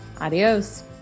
adios